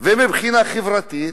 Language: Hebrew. ומבחינה חברתית